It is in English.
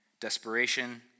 desperation